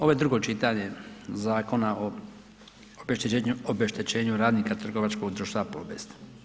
Ovo je drugo čitanje Zakona o obeštećenju radnika Trgovačkog društva „Plobest“